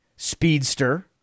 Speedster